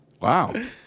wow